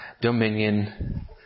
dominion